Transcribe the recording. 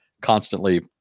constantly